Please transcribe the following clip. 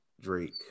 Drake